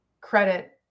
credit